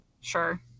Sure